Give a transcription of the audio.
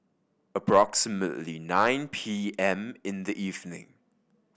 approximately nine P M in the evening